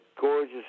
gorgeous